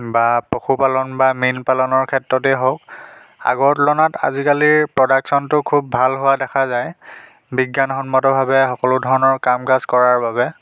বা পশুপালন বা মীনপালনৰ ক্ষেত্ৰতেই হওক আগৰ তুলনাত আজিকালি প্ৰডাকচনটো খুব ভাল হোৱা দেখা যায় বিজ্ঞান সন্মতভাৱে সকলো ধৰণৰ কাম কাজ কৰাৰ বাবে